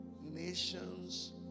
nations